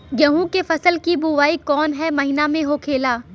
गेहूँ के फसल की बुवाई कौन हैं महीना में होखेला?